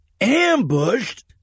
Ambushed